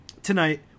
tonight